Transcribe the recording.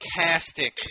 fantastic